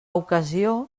ocasió